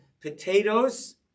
potatoes